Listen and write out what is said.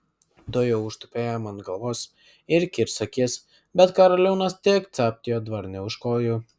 tuojau užtūpė jam ant galvos ir kirs akis bet karaliūnas tik capt juodvarnį už kojų